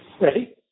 Ready